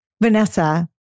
Vanessa